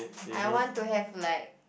I want to have like